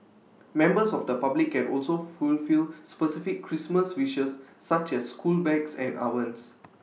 members of the public can also fulfil specific Christmas wishes such as school bags and ovens